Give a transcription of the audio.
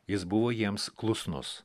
jis buvo jiems klusnus